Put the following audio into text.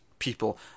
people